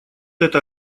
эта